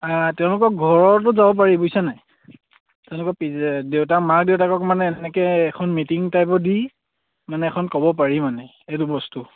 তেওঁলোকৰ ঘৰতো যাব পাৰি বুইছে নাই তেওঁলোকৰ দেউতা মা দেউতাকক মানে এনেকে এখন মিটিং টাইপত দি মানে এখন ক'ব পাৰি মানে এইটো বস্তু